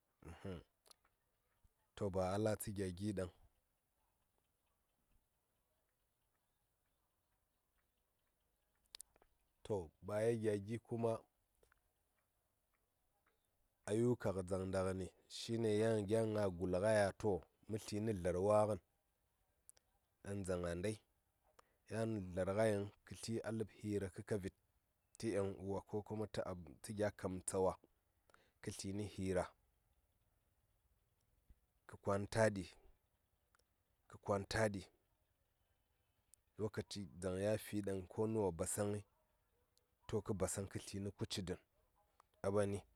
To ba a latsə gya gi ɗaŋ to ba ya gya gi kuma ayuka kə dzaŋ nda ngəni shi ne yan gya nga gul nga ya to mə tli nə dlar wa ngən ɗaŋ dzaŋ a ndai kə tli a ləb hira kə kavid tə yaŋ uwa ko gya kam tsawa.